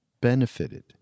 benefited